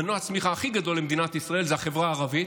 מנוע הצמיחה הכי גדול למדינת ישראל זה החברה הערבית.